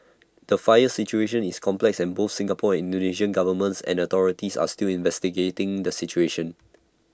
the fire situation is complex and both Singapore and Indonesia governments and authorities are still investigating the situation